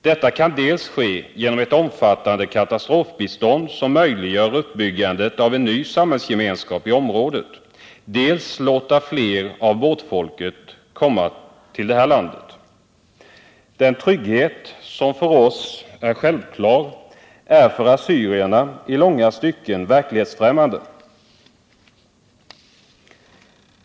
Detta kan ske dels genom att man lämnar ett omfattande katastrofbistånd som möjliggör uppbyggandet av en ny samhällsgemenskap i området, dels genom att man låter fler personer av båtfolket komma till vårt land. Den trygghet som för oss är självklar är för assyrierna i långa stycken verklighetsfrämmande.